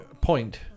Point